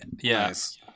Yes